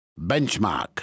Benchmark